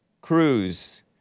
Cruz